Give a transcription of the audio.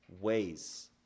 ways